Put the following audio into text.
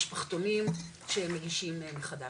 למשפחתונים שהם מגישים מחדש.